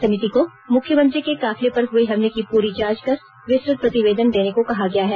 समिति को मुख्यमंत्री के काफिले पर हॅए हमले की पुरी जांच कर विस्तत प्रतिवेदन देने को कहा गया है